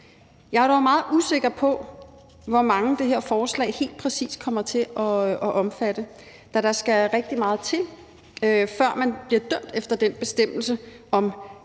Jeg er dog meget usikker på, hvor mange det her forslag helt præcis kommer til at omfatte, da der skal rigtig meget til, før man bliver dømt efter den bestemmelse om alvorlig